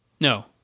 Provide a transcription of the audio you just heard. No